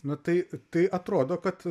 nu tai tai atrodo kad